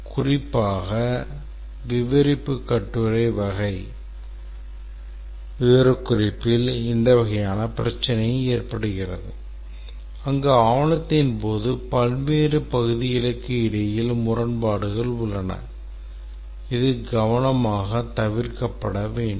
குறிப்பாக விவரிப்பு கட்டுரை வகை விவரக்குறிப்பில் இந்த வகையான பிரச்சினை ஏற்படுகிறது அங்கு ஆவணத்தின் பல்வேறு பகுதிகளுக்கு இடையில் முரண்பாடுகள் உள்ளன இது கவனமாக தவிர்க்கப்பட வேண்டும்